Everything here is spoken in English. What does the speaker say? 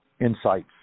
insights